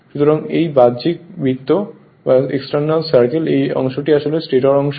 সুতরাং এই বাহ্যিক বৃত্ত এই অংশটি আসলে স্টেটর অংশ